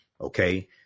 okay